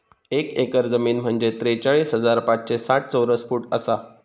एक एकर जमीन म्हंजे त्रेचाळीस हजार पाचशे साठ चौरस फूट आसा